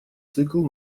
цикл